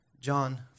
John